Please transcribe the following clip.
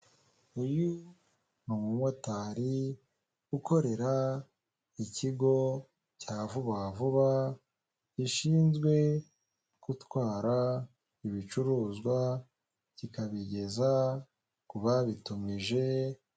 Uyu ni umumotari ukorera ikigo cya vuba vuba gishinzwe gutwara ibicuruzwa kikabigeza ku babitumije.